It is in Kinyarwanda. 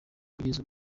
kugeza